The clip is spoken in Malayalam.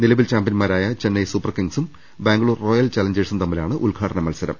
നിലവിൽ ചാമ്പ്യൻമാരായ ചെന്നൈ സൂപ്പർ കിങ്ങ്സും ബാംഗ്ലൂർ റോയൽ ചലഞ്ചേഴ്സും തമ്മി ലാണ് ഉദ്ഘാടന മത്സരം